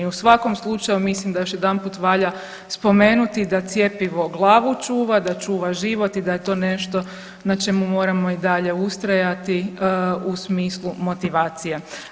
U svakom slučaju mislim da još jedanput valja spomenuti da cjepivo glavu čuva, da čuva život i da je to nešto na čemu moramo i dalje ustrajati u smislu motivacije.